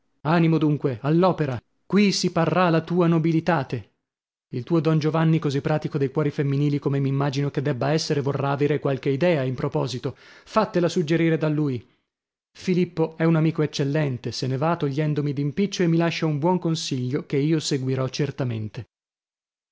animo dunque all'opera qui si parrà la tua nobilitate il tuo don giovanni così pratico dei cuori femminili come m'immagino che debba essere vorrà avere qualche idea in proposito fattela suggerire da lui filippo è un amico eccellente se ne va togliendomi d'impiccio e mi lascia un buon consiglio che io seguirò certamente